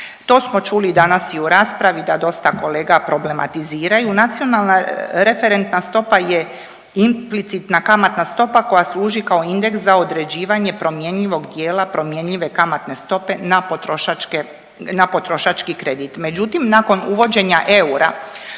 To smo čuli i danas i u raspravi da dosta kolega problematiziraju. NRS je implicitna kamatna stopa koja služi kao indeks za određivanje promjenjivog dijela promjenjive kamatne stope na potrošačke, na potrošački kredit. Međutim nakon uvođenja eura